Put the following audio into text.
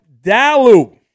Dalu